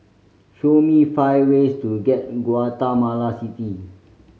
show me five ways to get in Guatemala City